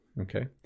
okay